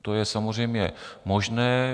To je samozřejmě možné.